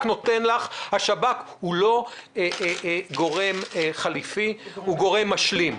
השב"כ הוא לא גורם חליפי, הוא גורם משלים.